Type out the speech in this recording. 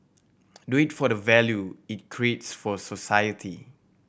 do it for the value it for society